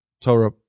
Torah